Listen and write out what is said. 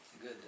Good